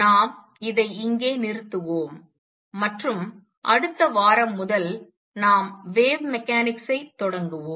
நாம் இதை இங்கே நிறுத்துவோம் மற்றும் அடுத்த வாரம் முதல் நாம் வேவ் மெக்கானிக்ஸ் ஐ தொடங்குவோம்